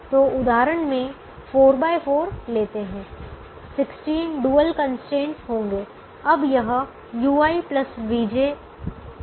तो इस उदाहरण में 4 x 4 लेते हैं 16 डुअल कंस्ट्रेंट होंगे